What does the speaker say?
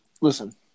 Listen